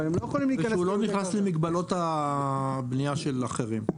אבל הם לא יכולים להיכנס --- הוא לא נכנס למגבלות הבנייה של אחרים.